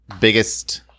biggest –